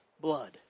blood